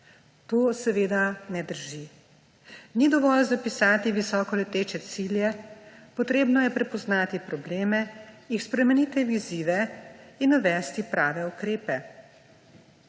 To seveda ne drži. Ni dovolj zapisati visokoletečih ciljev, treba je prepoznati probleme, jih spremeniti v izzive in uvesti prave ukrepe.